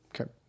Okay